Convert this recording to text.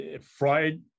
Fried